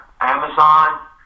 Amazon